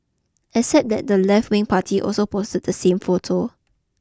except that the left wing party also posted the same photo